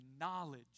knowledge